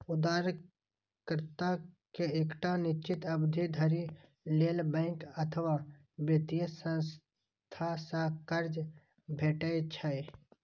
उधारकर्ता कें एकटा निश्चित अवधि धरि लेल बैंक अथवा वित्तीय संस्था सं कर्ज भेटै छै